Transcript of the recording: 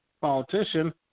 politician